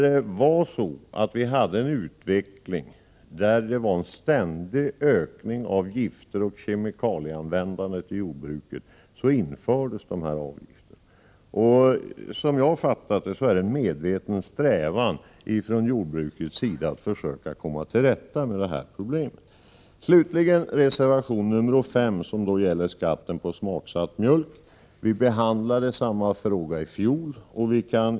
Det var när vi hade en ständig ökning av användningen av kemikalier och andra gifter i jordbruket som de här här avgifterna infördes. Som jag har förstått det hela är det en medveten strävan från jordbrukets sida att komma till rätta med det här problemet. Slutligen till reservation 5 som gäller skatten på smaksatt mjölk. Samma fråga behandlades i fjol.